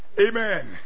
Amen